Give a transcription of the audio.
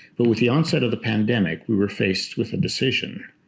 but with the onset of the pandemic, we were faced with a decision.